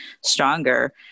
stronger